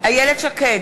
איילת שקד,